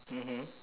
mmhmm